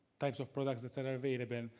types of products that that are available.